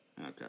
Okay